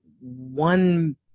one